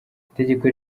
itegeko